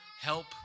help